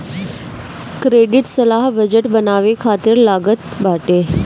credit सलाह budget बनावे खातिर लागत बाटे